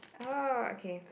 oh okay